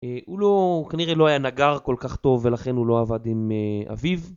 הוא לא, הוא כנראה לא היה נגר כל כך טוב ולכן הוא לא עבד עם אביו